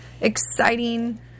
exciting